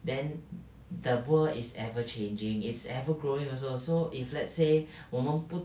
then the world is ever changing it's ever growing also so if let's say 我们不